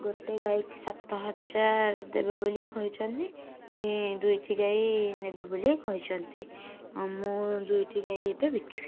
ଗୋଟେ ଗାଈ କି ସାତ ହଜାର ଦେବେ ବୋଲି କହିଛନ୍ତି ଦୁଇଟି ଗାଈ ନେବେ ବୋଲି କହିଛନ୍ତି ଆଉ ମୁଁ ଦୁଇଟି ଗାଈ ଏବେ ବିକିବି